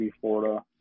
Florida